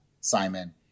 Simon